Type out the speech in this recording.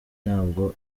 ntabwo